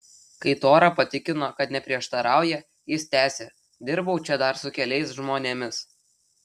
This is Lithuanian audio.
kai tora patikino kad neprieštarauja jis tęsė dirbau čia dar su keliais žmonėmis